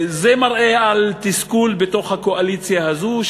זה מראה על תסכול בקואליציה הזאת,